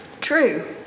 True